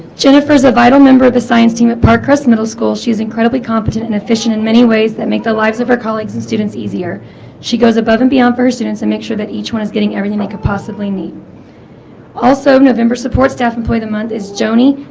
jennifer's a vital member of the science team at park crest middle school she's incredibly competent and efficient in many ways that make the lives of her colleagues and students easier she goes above and beyond for her students and make sure that each one is getting everything they could possibly need also november support staff employ the month is joanie